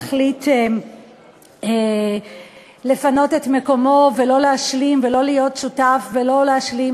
ובאומץ החליט לפנות את מקומו ולא להשלים ולא להיות שותף ולא להשלים